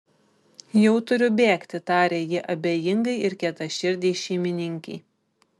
jau turiu bėgti tarė ji abejingai ir kietaširdei šeimininkei